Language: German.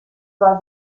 war